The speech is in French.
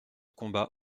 combat